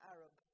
Arab